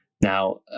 Now